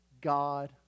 God